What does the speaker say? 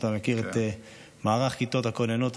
אז אתה מכיר את מערך כיתות הכוננות,